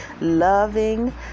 loving